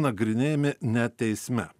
nagrinėjami ne teisme